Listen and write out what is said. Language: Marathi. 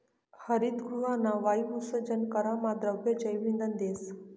हरितगृहना वायु उत्सर्जन करामा द्रव जैवइंधन देस